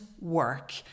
work